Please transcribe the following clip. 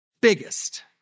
biggest